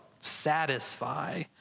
satisfy